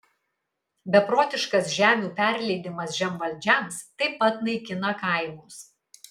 beprotiškas žemių perleidimas žemvaldžiams taip pat naikina kaimus